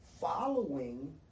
following